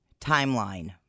timeline